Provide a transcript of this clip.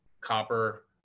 copper